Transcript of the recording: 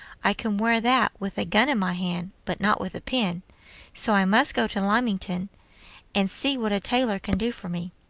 i can wear that with a gun in my hand, but not with a pen so i must go to lymington and see what a tailor can do for me.